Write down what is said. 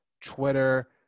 Twitter